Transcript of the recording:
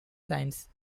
science